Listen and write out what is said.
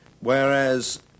whereas